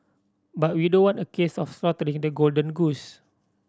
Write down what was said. but we don't want a case of slaughtering the golden goose